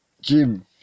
Jim